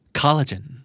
collagen